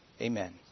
Amen